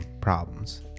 problems